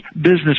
business